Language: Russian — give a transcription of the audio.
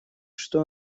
что